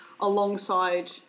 alongside